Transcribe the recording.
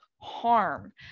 harm